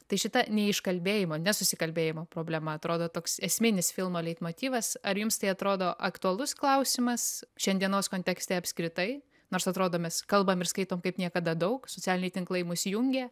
tai šita neiškalbėjimo nesusikalbėjimo problema atrodo toks esminis filmo leitmotyvas ar jums tai atrodo aktualus klausimas šiandienos kontekste apskritai nors atrodo mes kalbam ir skaitom kaip niekada daug socialiniai tinklai mus jungia